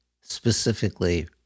specifically